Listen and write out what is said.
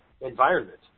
environment